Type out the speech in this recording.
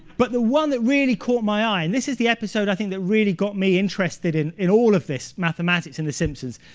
but the one that really caught my eye and this is the episode, i think, that really got me interested in in all of this mathematics in the simpsons.